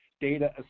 data